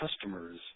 customer's